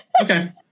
okay